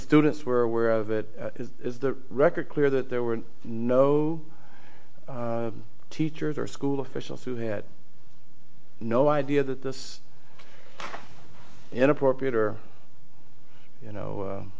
students were aware of it is the record clear that there were no teachers or school officials who had no idea that this is inappropriate or you know